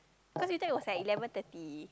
cause he thought it was at eleven thirty